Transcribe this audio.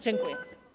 Dziękuję.